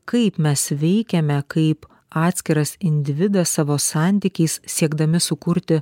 kaip mes veikiame kaip atskiras individas savo santykiais siekdami sukurti